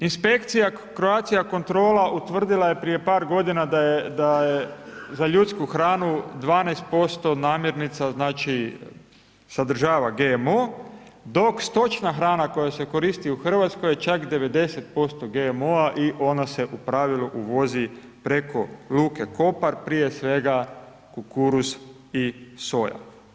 Inspekcija Croatia kontrola, utvrdila je prije par godina, da je za ljudsku hranu, 12% namjernica, znači sadržava GMO, dok stočna hrana koja se koristi u Hrvatskoj, je čak, 90% GMO-a i ona se u pravilu uvozi preko luke Kopar, prije svega, kukuruz i soja.